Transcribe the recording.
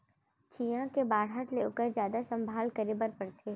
चियॉ के बाढ़त ले ओकर जादा संभाल करे बर परथे